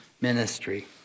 ministry